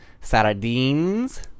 sardines